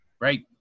right